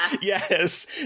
Yes